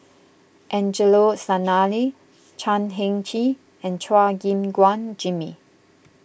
Angelo Sanelli Chan Heng Chee and Chua Gim Guan Jimmy